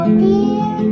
dear